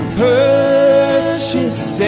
purchase